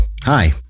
Hi